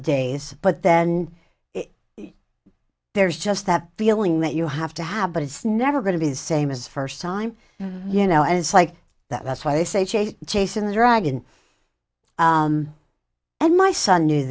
of days but then there's just that feeling that you have to have but it's never going to be the same as first time you know and it's like that that's why they say chasing the dragon and my son knew